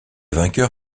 vainqueur